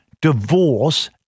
Divorce